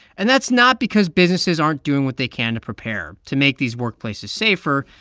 and that's not because businesses aren't doing what they can to prepare. to make these workplaces safer,